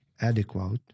adequate